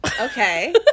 okay